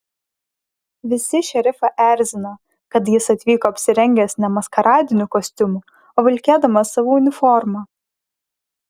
visi šerifą erzino kad jis atvyko apsirengęs ne maskaradiniu kostiumu o vilkėdamas savo uniformą